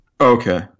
Okay